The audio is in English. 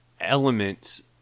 elements